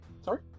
Sorry